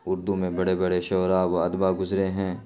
اردو میں بڑے بڑے شعراء و ادبا گزرے ہیں